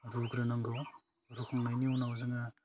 रुग्रोनांगौ रुखांनायनि उनाव जोङो